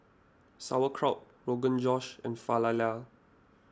Sauerkraut Rogan Josh and Falafel